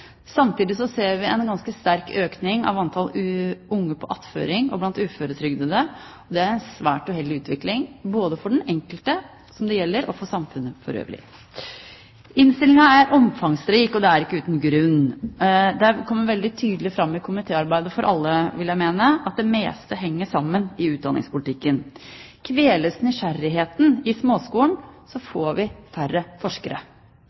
Samtidig ser vi en ganske sterk økning av antall unge på attføring og blant uføretrygdede. Det er en svært uheldig utvikling både for den enkelte som det gjelder, og for samfunnet for øvrig. Innstillingen er omfangsrik, og det er ikke uten grunn. Det kommer veldig tydelig fram i komitéarbeidet for alle, vil jeg mene, at det meste henger sammen i utdanningspolitikken. Kveles nysgjerrigheten i småskolen, får vi færre forskere.